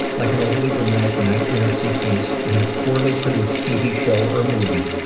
like an overly dramatic nightmare sequence in a poorly-produced tv show or movie,